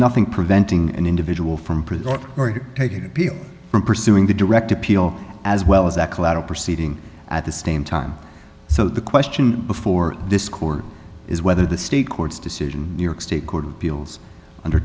nothing preventing an individual from prison or already taking appeal from pursuing the direct appeal as well as that collateral proceeding at the same time so the question before this court is whether the state court's decision new york state court of appeals under